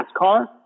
NASCAR